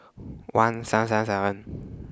one seven seven seven